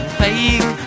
fake